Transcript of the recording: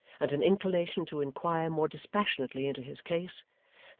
and an inclination to inquire more dispassionately into his case,